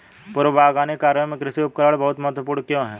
पूर्व बागवानी कार्यों में कृषि उपकरण बहुत महत्वपूर्ण क्यों है?